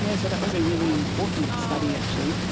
yeah so that was a really important study actually.